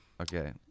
Okay